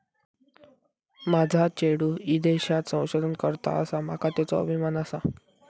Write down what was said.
माझा चेडू ईदेशात संशोधन करता आसा, माका त्येचो अभिमान आसा